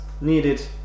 needed